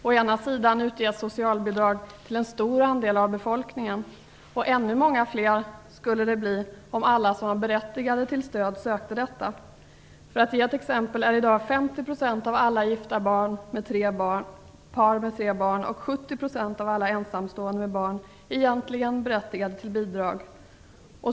Å ena sidan utges socialbidrag till en stor andel av befolkningen, och ännu många fler skulle det bli om alla som var berättigade till stöd sökte detta. Som exempel kan nämnas att 50 % av alla gifta par med tre barn och 70 % av alla ensamstående med barn i dag egentligen är berättigade till bidrag.